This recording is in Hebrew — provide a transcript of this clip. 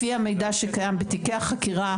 לפי המידע שקיים לגבי הקורבנות בתיקי החקירה,